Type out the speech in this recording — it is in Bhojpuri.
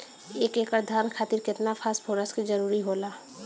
एक एकड़ धान खातीर केतना फास्फोरस के जरूरी होला?